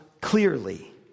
clearly